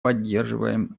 поддерживаем